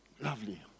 Lovely